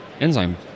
enzyme